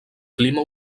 clima